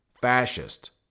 fascist